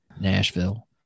Nashville